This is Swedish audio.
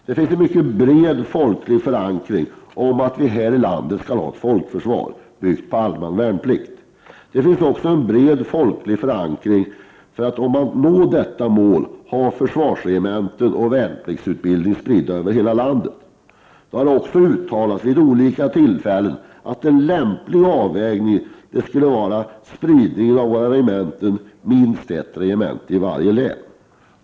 Det finns en mycket bred folklig förankring om att vi här i landet skall ha ett folkförsvar byggt på allmän värnplikt. Det finns också en bred folklig förankring om att vi för att nå detta mål skall ha försvarsregementen och värnpliktsutbildning spridd över hela landet. Det har också uttalats vid olika tillfällen att en lämplig avvägning när det gäller spridningen av våra regementen skulle vara minst ett regemente i varje län.